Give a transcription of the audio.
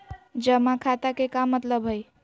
जमा खाता के का मतलब हई?